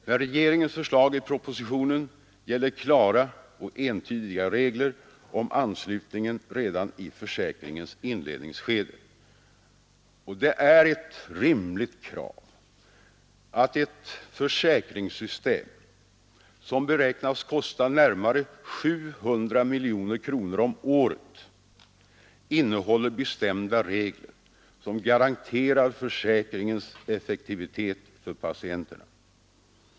Men regeringens förslag i propositionen gäller klara och entydiga regler om anslutningen redan i försäkringens inledningsskede. Och det är ett rimligt krav att ett försäkringssystem som beräknas kosta närmare 700 miljoner kronor om året innehåller bestämda regler som garanterar försäkringens effektivitet för patienterna.